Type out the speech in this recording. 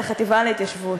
על החטיבה להתיישבות.